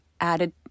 added